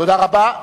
תודה רבה.